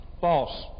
False